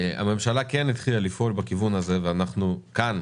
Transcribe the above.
הממשלה כן התחילה לפעול בכיוון הזה ואנחנו כאן,